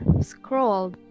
scroll